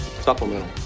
Supplemental